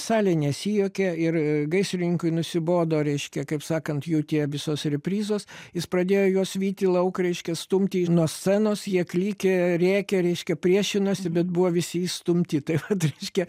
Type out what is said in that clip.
salė nesijuokė ir gaisrininkui nusibodo reiškia kaip sakant jų tie visos reprizos jis pradėjo juos vyti lauk reiškia stumti nuo scenos jie klykė rėkė reiškia priešinosi bet buvo visi išstumti tai vat reiškia